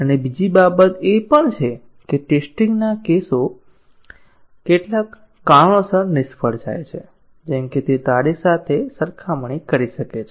અને બીજી બાબત એ પણ છે કે ટેસ્ટીંગ ના કેસો કેટલાક કારણોસર નિષ્ફળ જાય છે જેમ કે તે તારીખ સાથે સરખામણી કરી શકે છે